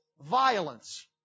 violence